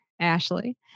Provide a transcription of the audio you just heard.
Ashley